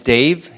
Dave